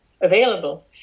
available